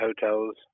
hotels